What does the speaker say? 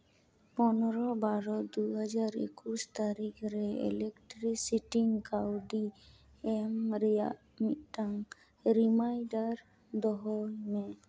ᱯᱚᱱᱨᱚ ᱼ ᱵᱟᱨᱚ ᱼ ᱫᱩ ᱦᱟᱡᱟᱨ ᱮᱠᱩᱥ ᱛᱟᱹᱨᱤᱠ ᱨᱮ ᱤᱞᱮᱠᱴᱤᱥᱮᱴᱤᱝ ᱠᱟᱹᱣᱰᱤ ᱮᱢ ᱨᱮᱭᱟᱜ ᱢᱤᱫᱴᱟᱝ ᱨᱤᱢᱟᱭᱰᱟᱨ ᱫᱚᱦᱚᱭᱢᱮ